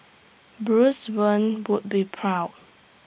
Bruce Wayne would be proud